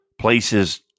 places